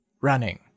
running